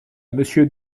monsieur